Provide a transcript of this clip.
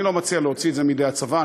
אני לא מציע להוציא את זה מידי הצבא,